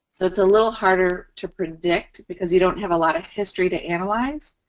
it's a little harder to predict because you don't have a lot of history to analyze.